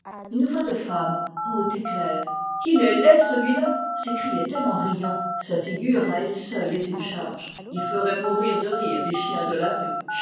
une voix de femme haute et claire qu'il est laid celui-là s'écriaitelle en riant sa figure à elle seule est une charge il ferait mourir de rire les chiens de la rue